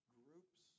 groups